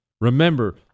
Remember